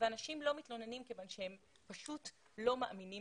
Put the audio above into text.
אנשים לא מתלוננים כיוון שהם פשוט לא מאמינים